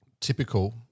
typical